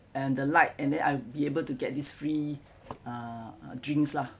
and the like and then I'll be able to get this free uh drinks lah